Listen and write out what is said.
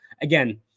Again